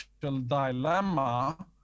dilemma